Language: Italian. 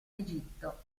egitto